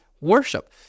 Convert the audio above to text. worship